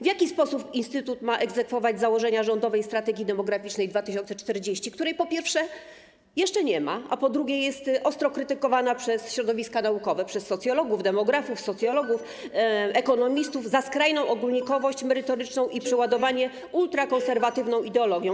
W jaki sposób instytut ma egzekwować założenia rządowej Strategii Demograficznej 2040, której, po pierwsze, jeszcze nie ma, a która, po drugie, jest ostro krytykowana przez środowiska naukowe, przez socjologów, demografów, ekonomistów, za skrajną ogólnikowość merytoryczną i przeładowanie ultrakonserwatywną ideologią?